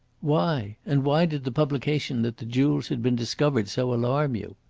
why? and why did the publication that the jewels had been discovered so alarm you?